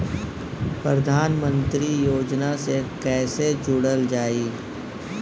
प्रधानमंत्री योजना से कैसे जुड़ल जाइ?